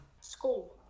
School